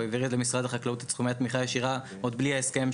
הוא העביר למשרד החקלאות את סכומי התמיכה הישירה עוד בלי ההסכם.